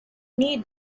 need